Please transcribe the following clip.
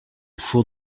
four